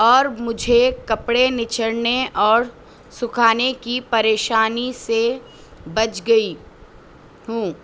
اور مجھے کپڑے نچوڑنے اور سکھانے کی پریشانی سے بچ گئی ہوں